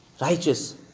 righteous